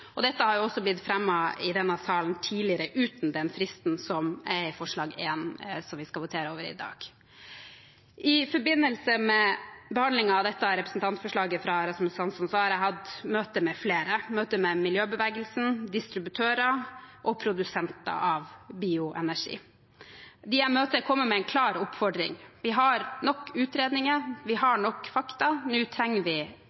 bærekraftskriterier. Dette har jo også blitt fremmet i denne salen tidligere, uten den fristen som er i forslag nr. 1, som vi skal votere over i dag. I forbindelse med behandlingen av dette representantforslaget fra Rasmus Hansson har jeg hatt møte med flere, med miljøbevegelsen, distributører og produsenter av bioenergi. De jeg møter, kommer med en klar oppfordring: Vi har nok utredninger, vi har nok fakta, nå trenger vi